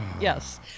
Yes